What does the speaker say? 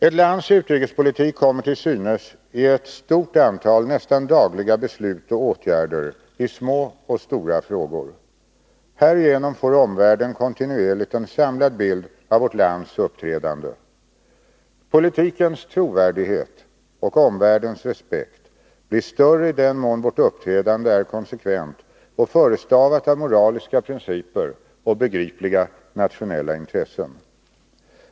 Ett lands utrikespolitik kommer till synes i ett stort antal nästan dagliga beslut och åtgärder i små och stora frågor. Härigenom får omvärlden kontinuerligt en samlad bild av vårt lands uppträdande. Politikens trovärdighet och omvärldens respekt blir större i den mån vårt uppträdande är konsekvent och förestavat av moraliska principer och begripliga nationella intressen.